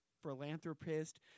Philanthropist